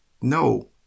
No